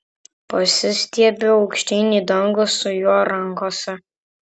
pasistiebiu aukštyn į dangų su juo rankose